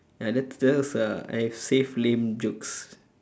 ya that that's I have saved lame jokes